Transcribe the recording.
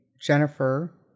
Jennifer